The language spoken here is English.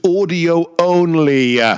audio-only